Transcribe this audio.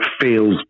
feels